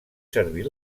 servir